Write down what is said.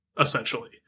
essentially